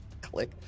Click